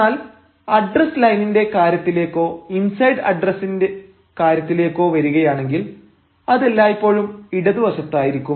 എന്നാൽ അഡ്രസ്സ് ലൈനിന്റെ കാര്യത്തിലേക്കോ ഇൻസൈഡ് അഡ്രസ്സിന്റെ കാര്യത്തിലേക്കോ വരികയാണെങ്കിൽ അത് എല്ലായ്പ്പോഴും ഇടതുവശത്തായിരിക്കും